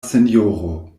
sinjoro